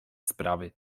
sprawy